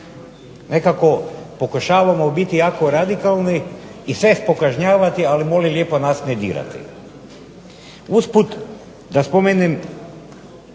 Nekako pokušavamo biti jako radikalni i sve pokažnjavati ali molim lijepo nas ne dirati. Uz put da spomenem